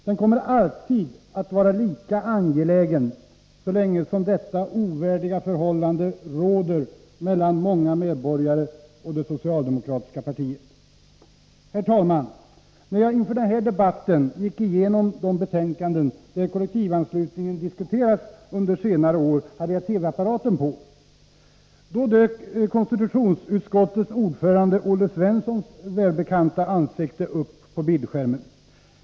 Den kommer alltid att vara lika angelägen så länge som detta ovärdiga förhållande råder mellan många medborgare och det socialdemokratiska partiet. Herr talman! När jag inför den här debatten gick igenom de betänkanden där kollektivanslutningen diskuterats under senare år hade jag TV-apparaten på. Då dök konstitutionsutskottets ordförande Olle Svenssons välbekanta ansikte upp på bildskärmen.